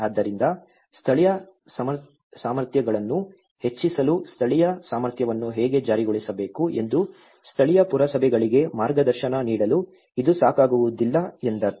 ಆದ್ದರಿಂದ ಸ್ಥಳೀಯ ಸಾಮರ್ಥ್ಯಗಳನ್ನು ಹೆಚ್ಚಿಸಲು ಸ್ಥಳೀಯ ಸಾಮರ್ಥ್ಯವನ್ನು ಹೇಗೆ ಜಾರಿಗೊಳಿಸಬೇಕು ಎಂದು ಸ್ಥಳೀಯ ಪುರಸಭೆಗಳಿಗೆ ಮಾರ್ಗದರ್ಶನ ನೀಡಲು ಇದು ಸಾಕಾಗುವುದಿಲ್ಲ ಎಂದರ್ಥ